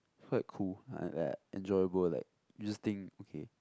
quite cool enjoyable like you just think okay